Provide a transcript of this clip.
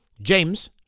james